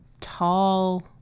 tall